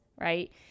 right